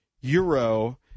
Euro